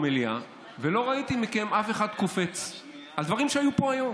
במליאה ולא ראיתי אף אחד מכם קופץ על דברים שהיו פה היום.